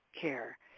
care